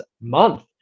month